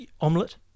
omelette